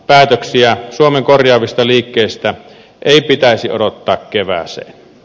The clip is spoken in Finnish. päätöksiä suomen korjaavista liikkeistä ei pitäisi odottaa kevääseen